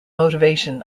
motivation